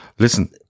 Listen